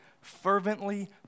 fervently